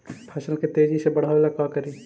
फसल के तेजी से बढ़ाबे ला का करि?